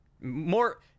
more